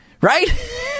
right